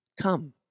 come